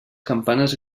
campanes